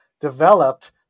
developed